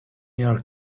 your